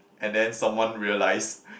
and then someone realise